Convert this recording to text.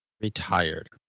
Retired